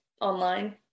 online